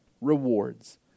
rewards